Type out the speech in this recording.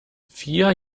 vier